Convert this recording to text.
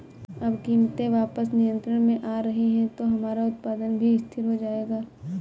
अब कीमतें वापस नियंत्रण में आ रही हैं तो हमारा उत्पादन भी स्थिर हो जाएगा